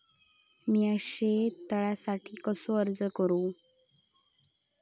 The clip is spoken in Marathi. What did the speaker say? मीया शेत तळ्यासाठी कसो अर्ज करू?